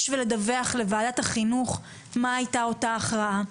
ולדווח לוועדת החינוך מה הייתה אותה הכרעה.